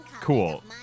Cool